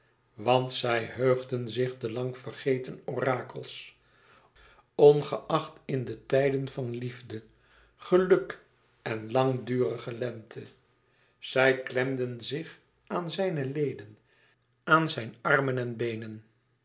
want zij heugden zich de lang vergeten orakels ongeacht in de tijden van liefde geluk en langdurige lente zij klemden zich aan zijne leden aan zijn armen en beenen